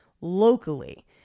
locally